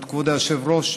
כבוד היושב-ראש,